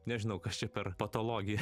nežinau kas čia per patologija